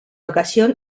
ocasión